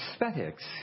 aesthetics